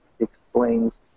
Explains